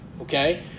Okay